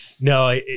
No